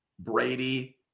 Brady